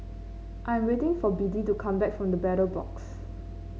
I'm waiting for Biddie to come back from The Battle Box